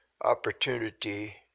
opportunity